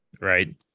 right